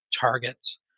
targets